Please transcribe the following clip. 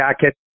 jacket